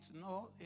No